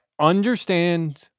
understand